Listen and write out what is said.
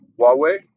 Huawei